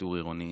שיטור עירוני.